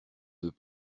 veux